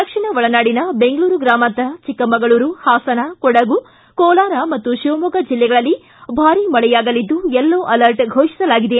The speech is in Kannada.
ದಕ್ಷಿಣ ಒಳನಾಡಿನ ಬೆಂಗಳೂರು ಗ್ರಾಮಾಂತರ ಚಿಕ್ಕಮಗಳೂರು ಹಾಸನ ಕೊಡಗು ಕೋಲಾರ ಹಾಗೂ ಶಿವಮೊಗ್ಗ ಜಿಲ್ಲೆಗಳಲ್ಲಿ ಭಾರಿ ಮಳೆಯಾಗಲಿದ್ದು ಯೆಲ್ಲೊ ಆಲರ್ಟ್ ಫೋಷಿಸಲಾಗಿದೆ